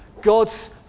God's